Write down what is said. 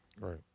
Right